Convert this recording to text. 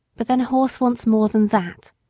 but then a horse wants more than that.